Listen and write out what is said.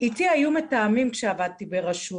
איתי היו מתאמים כשעבדתי ברשות.